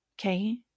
okay